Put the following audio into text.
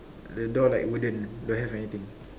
the door like wooden don't have anything